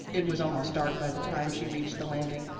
it was almost dark by the time she reached the landing.